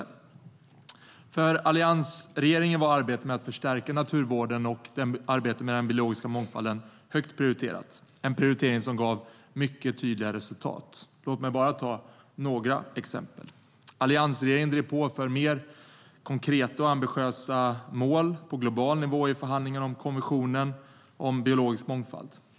Alliansregeringen drev på för mer konkreta och ambitiösa mål på global nivå i förhandlingarna om konventionen om biologisk mångfald.